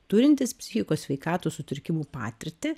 turintys psichikos sveikatos sutrikimų patirtį